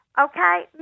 Okay